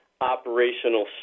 operational